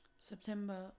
September